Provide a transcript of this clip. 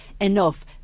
enough